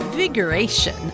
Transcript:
configuration